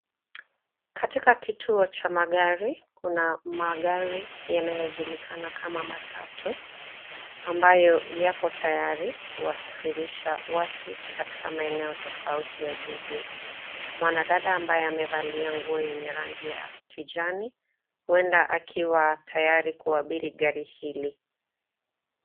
Katika kituo cha magari, kuna magari yanayojulikana kama matatu ambayo yapo tayari kuwasafirisha watu katika maeneo tofauti ya jiji. Mwanadada ambaye amevalia nguo yenye rangi ya kijani huenda akiwa tayari kuabiri gari hili.